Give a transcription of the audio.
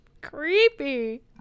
creepy